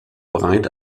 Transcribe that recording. breit